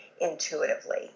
intuitively